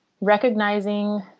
recognizing